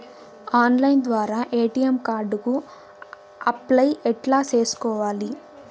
Online ద్వారా ATM card కు apply ఎట్లా సేసుకోవాలి?